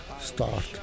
start